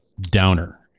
downer